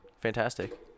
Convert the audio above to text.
Fantastic